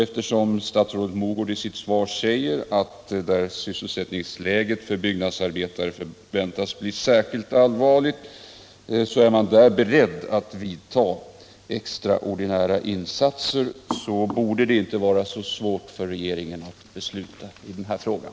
Eftersom statsrådet säger i sitt svar att man är beredd att vidta extraordinära insatser där sysselsättningsläget för byggnadsarbetare väntas bli särskilt bekymmersamt borde det inte vara så svårt för regeringen att besluta i den här frågan.